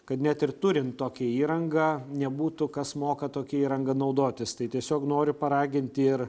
kad net ir turint tokią įrangą nebūtų kas moka tokia įranga naudotis tai tiesiog noriu paraginti ir